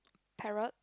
parrot